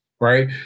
right